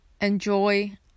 Enjoy